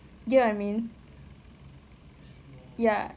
you get what I mean ya